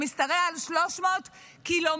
שמשתרע על 300 ק"מ,